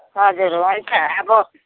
हजुर हुन्छ अब